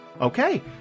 Okay